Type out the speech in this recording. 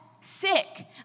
sick